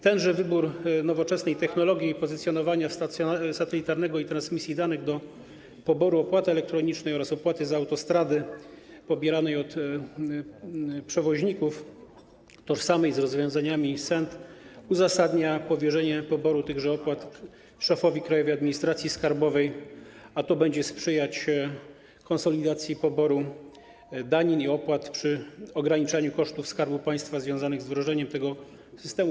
Tenże wybór nowoczesnej technologii i pozycjonowania satelitarnego i transmisji danych do poboru opłaty elektronicznej oraz opłaty za autostrady pobieranej od przewoźników, tożsamej z rozwiązaniami SENT, uzasadnia powierzenie poboru tychże opłat szefowi Krajowej Administracji Skarbowej, a to będzie sprzyjać konsolidacji poboru danin i opłat przy ograniczaniu kosztów Skarbu Państwa związanych z wdrożeniem tego systemu.